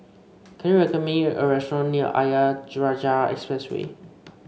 can you recommend me a restaurant near Ayer Rajah Expressway